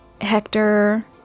hector